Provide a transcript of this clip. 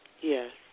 Yes